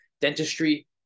dentistry